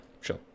sure